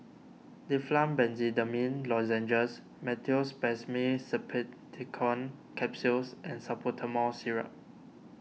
Difflam Benzydamine Lozenges Meteospasmyl Simeticone Capsules and Salbutamol Syrup